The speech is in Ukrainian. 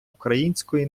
української